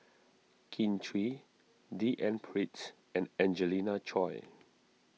Kin Chui D N Pritts and Angelina Choy